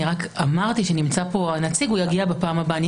אני רק אמרתי שנמצא פה הנציג והוא יגיע בפעם הבאה,